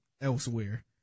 elsewhere